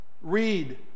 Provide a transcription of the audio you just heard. Read